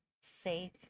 safe